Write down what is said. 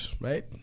right